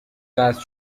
قطع